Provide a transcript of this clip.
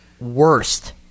Worst